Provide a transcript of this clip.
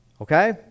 okay